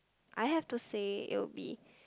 I have to say it will be